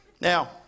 Now